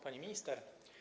Pani Minister!